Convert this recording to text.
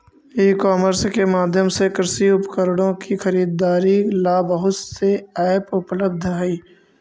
ई commerce के माध्यम से कृषि उपकरणों की खरीदारी ला बहुत से ऐप उपलब्ध हई